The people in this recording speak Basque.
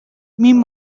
min